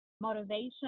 motivation